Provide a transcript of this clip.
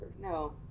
No